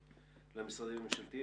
אל מול האוכלוסייה המאותרת מלפני המשבר,